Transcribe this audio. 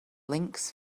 links